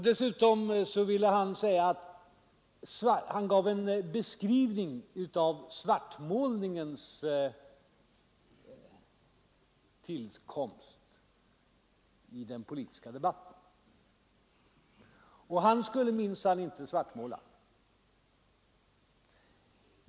Dessutom gav han en beskrivning av svartmålningens tillkomst i den politiska debatten. Han skulle minsann inte svartmåla.